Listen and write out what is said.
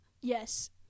yes